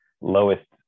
lowest